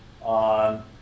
on